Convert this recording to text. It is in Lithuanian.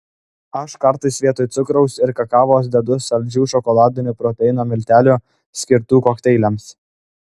aš kartais vietoj cukraus ir kakavos dedu saldžių šokoladinių proteino miltelių skirtų kokteiliams